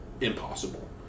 impossible